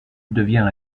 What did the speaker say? devient